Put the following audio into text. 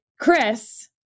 Chris